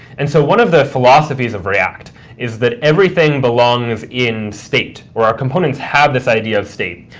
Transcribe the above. and so one of the philosophies of react is that everything belongs in state, or our components have this idea of state,